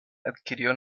adquirió